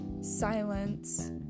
silence